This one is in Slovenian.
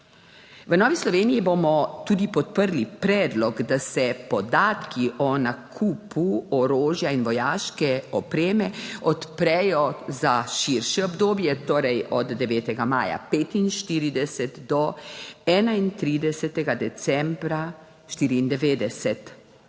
V Novi Sloveniji bomo tudi podprli predlog, da se podatki o nakupu orožja in vojaške opreme odprejo za širše obdobje, torej od 9. maja 1945 do 31. decembra 1994.